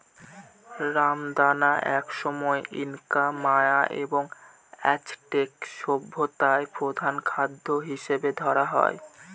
রামদানা একসময় Inca, Maya এবং অ্যাজটেক সভ্যতায় প্রধান খাদ্য হিসাবে ধরা হত